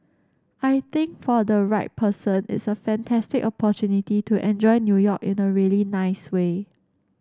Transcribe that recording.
I think for the right person it's a fantastic opportunity to enjoy New York in a really nice way